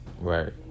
Right